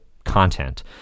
content